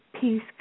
Peace